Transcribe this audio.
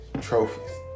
Trophies